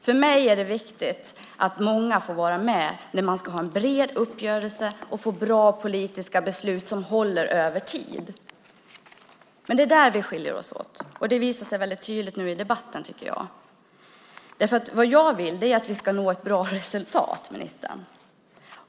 För mig är det viktigt att många får vara med när man ska ha en bred uppgörelse och få bra politiska beslut som håller över tid. Där skiljer vi oss åt. Det visar sig väldigt tydligt nu i debatten. Jag vill att vi ska nå ett bra resultat.